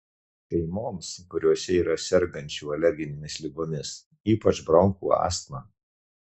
šeimoms kuriose yra sergančių alerginėmis ligomis ypač bronchų astma